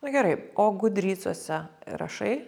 nu gerai o gudrydsuose rašai